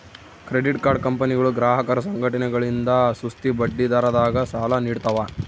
credit card ಕಂಪನಿಗಳು ಗ್ರಾಹಕರ ಸಂಘಟನೆಗಳಿಂದ ಸುಸ್ತಿ ಬಡ್ಡಿದರದಾಗ ಸಾಲ ನೀಡ್ತವ